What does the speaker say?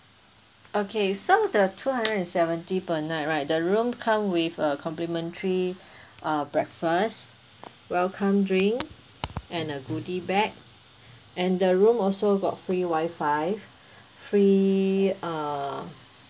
okay so the two hundred and seventy per night right the room come with a complimentary uh breakfast welcome drink and a goodie bag and the room also got free wifi free uh